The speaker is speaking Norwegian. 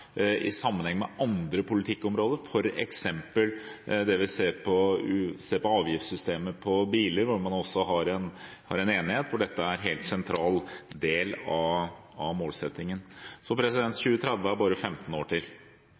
i sammenheng med andre politikkområder, f.eks. i forbindelse med avgiftssystemet på biler, der man også har en enighet om at dette er en helt sentral del av målsettingen. 2030 er bare 15 år til.